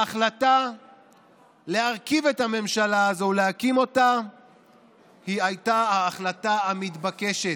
ההחלטה להרכיב את הממשלה הזאת ולהקים אותה הייתה ההחלטה המתבקשת.